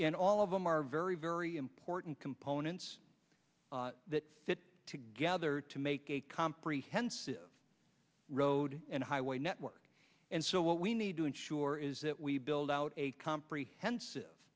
and all of them are very very important components that fit together to make a comprehensive road and highway network and so what we need to ensure is that we build out a comprehensive